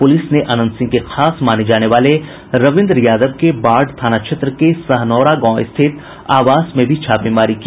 police ने अनंत सिंह के खास माने जाने वाले रविन्द्र यादव के बाढ़ थाना क्षेत्र के सहनौरा गांव स्थित आवास में भी छापेमारी की